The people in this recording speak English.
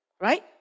Right